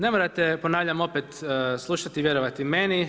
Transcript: Ne morate ponavljam opet slušati i vjerovati meni.